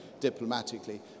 Diplomatically